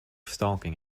stalking